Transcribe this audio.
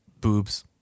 boobs